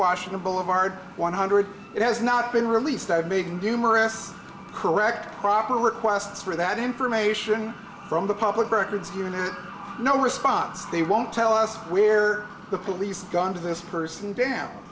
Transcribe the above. washington bowl of ard one hundred it has not been released i've made numerous correct proper requests for that information from the public records unit no response they won't tell us where the police gone to this person damn